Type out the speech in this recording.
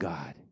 God